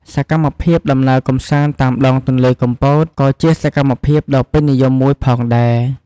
សកម្មភាពដំណើរកម្សាន្តតាមដងទន្លេកំពត ក៏ជាសកម្មភាពដ៏ពេញនិយមមួយផងដែរ។